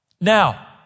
Now